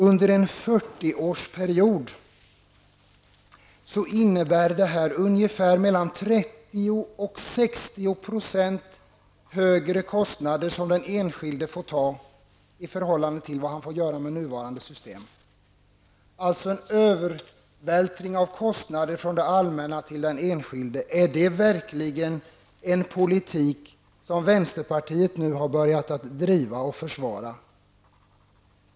Under en 40-årsperiod innebär detta ungefär 30-- 60 % högre kostnader, som den enskilde får ta i förhållande till vad han får göra i det nuvarande systemet. Det är alltså en övervältring av kostnader från det allmänna till den enskilde. Är det verkligen en politik som vänsterpartiet har börjat att driva och försvara?